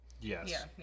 yes